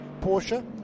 Porsche